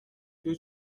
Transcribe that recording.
توی